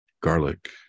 garlic